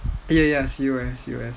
ya ya C_O_S